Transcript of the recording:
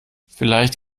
vielleicht